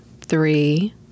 three